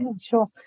Sure